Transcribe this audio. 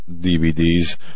DVDs